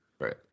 Right